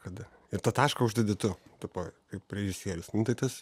kada ir tą tašką uždedi tu tipo kaip režisierius nu tai tas